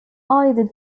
either